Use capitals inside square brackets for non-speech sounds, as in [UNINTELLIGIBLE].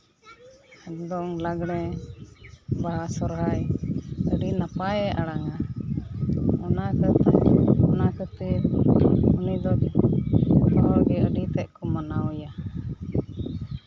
ᱫᱚᱝ ᱞᱟᱸᱜᱽᱲᱮ ᱵᱟᱦᱟ ᱥᱚᱨᱦᱟᱭ ᱟᱹᱰᱤ ᱱᱟᱯᱟᱭᱮ ᱟᱲᱟᱝᱟ [UNINTELLIGIBLE] ᱚᱱᱟ ᱠᱷᱟᱹᱛᱤᱨ ᱡᱚᱛᱚ ᱦᱚᱲᱜᱮ ᱟᱹᱰᱤ ᱛᱮᱫ ᱠᱚ ᱢᱟᱱᱟᱣ ᱮᱭᱟ